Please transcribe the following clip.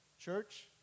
Church